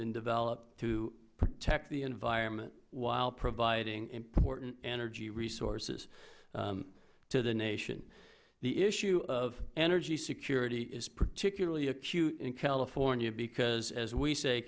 been developed to protect the environment while providing important energy resources to the nation the issue of energy security is particularly acute in california because as we say